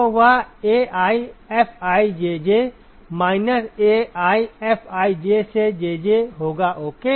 तो वह AiFijJ minus AiFij से Jj होगा ओके